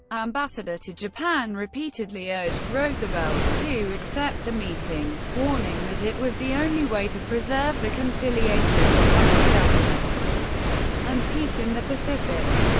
ambassador to japan repeatedly urged roosevelt to accept the meeting, warning that it was the only way to preserve the conciliatory konoye government and peace in the pacific.